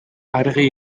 argi